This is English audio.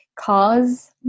cause